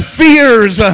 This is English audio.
fears